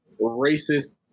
racist